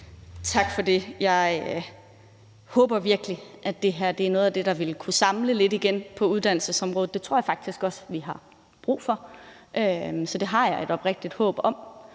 Tak for det. Jeg håber virkelig, at det her er noget af det, der vil kunne samle lidt igen på uddannelsesområdet. Det tror jeg faktisk også vi har brug for, så det har jeg et oprigtigt håb om.